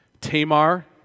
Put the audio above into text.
Tamar